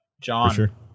John